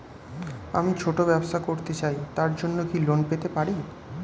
আমি ছোট ব্যবসা করতে চাই তার জন্য কি লোন পেতে পারি?